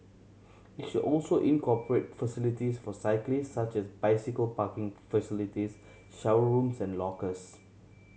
it should also incorporate facilities for cyclists such as bicycle parking facilities shower rooms and lockers